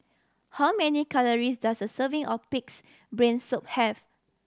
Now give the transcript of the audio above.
how many calories does a serving of Pig's Brain Soup have